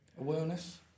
Awareness